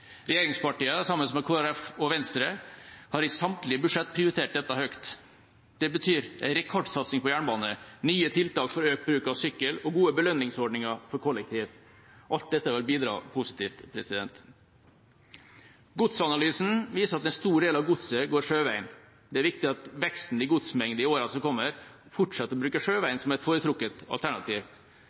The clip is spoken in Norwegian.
sammen med Kristelig Folkeparti og Venstre har i samtlige budsjett prioritert dette høyt. Det betyr en rekordsatsing på jernbane, nye tiltak for økt bruk av sykkel og gode belønningsordninger for kollektiv. Alt dette vil bidra positivt. Godsanalysen viser at en stor del av godset går sjøveien. Det er viktig at en med veksten i godsmengde i åra som kommer, fortsetter å bruke sjøveien som et foretrukket alternativ.